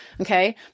Okay